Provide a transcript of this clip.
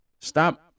Stop